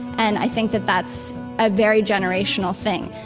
and i think that that's a very generational thing.